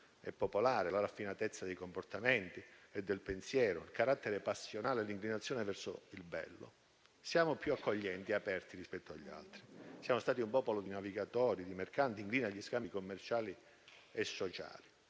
la raffinatezza dei comportamenti e del pensiero, il carattere passionale e l'inclinazione verso il bello. Siamo più accoglienti e aperti rispetto agli altri. Siamo stati un popolo di navigatori e di mercanti, incline agli scambi commerciali e sociali.